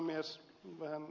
vähän ed